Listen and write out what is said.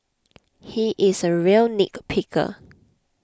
he is a real nitpicker